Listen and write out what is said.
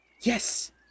Yes